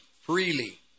freely